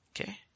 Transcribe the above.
Okay